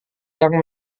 yang